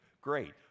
Great